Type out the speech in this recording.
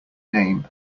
name